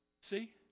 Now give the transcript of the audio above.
See